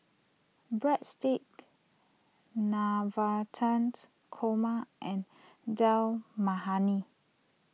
Breadsticks Navratans Korma and Dal Makhani